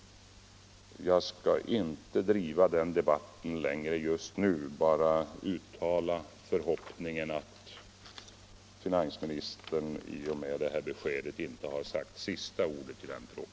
Jag skall inte driva den debatten längre just nu utan bara uttala förhoppningen att finansministern i och med detta besked inte har sagt sista ordet i den frågan.